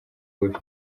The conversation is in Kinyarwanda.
bubi